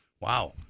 Wow